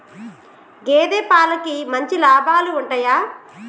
గేదే పాలకి మంచి లాభాలు ఉంటయా?